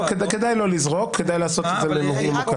כדאי לא לזרוק, כדאי לתת את זה ממוקד.